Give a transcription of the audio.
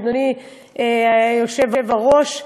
אדוני היושב-ראש.